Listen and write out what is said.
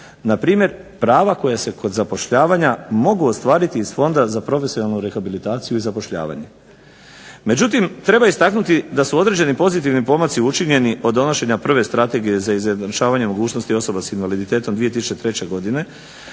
Npr. prava koja se kod zapošljavanja mogu ostvariti iz Fonda za profesionalnu rehabilitaciju i zapošljavanje. Međutim, treba istaknuti da su određeni pozitivni pomaci učinjeni od donošenja prve strategije za izjednačavanje mogućnosti osoba s invaliditetom 2003. godine,